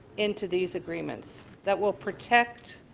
and to these agreements that will protect